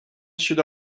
should